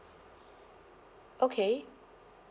okay